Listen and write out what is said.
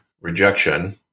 rejection